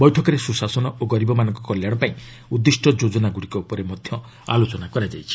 ବୈଠକରେ ସୁଶାସନ ଓ ଗରିବମାନଙ୍କ କଲ୍ୟାଣପାଇଁ ଉଦ୍ଦିଷ୍ଟ ଯୋଜନାଗୁଡ଼ିକ ଉପରେ ମଧ୍ୟ ଆଲୋଚନା କରାଯାଇଛି